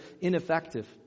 ineffective